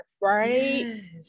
right